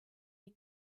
die